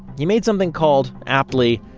he made something called, aptly,